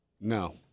No